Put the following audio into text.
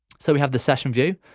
so we have the session view.